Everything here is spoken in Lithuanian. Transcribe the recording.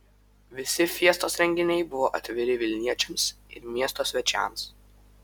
visi fiestos renginiai buvo atviri vilniečiams ir miesto svečiams